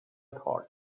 thought